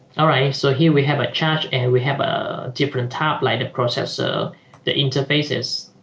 alright so here we have a charge and we have a different tab like the processor the interfaces